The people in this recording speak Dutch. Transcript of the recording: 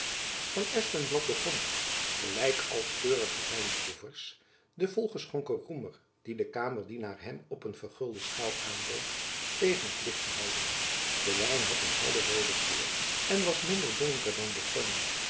van espenblad begon gelijk als keurige wijnproejacob van lennep elizabeth musch vers den volgeschonken roemer dien de kamerdienaar hem op een vergulde schaal aanbood tegen t licht te houden de wijn had een heldere roode kleur en was minder donker dan borgonje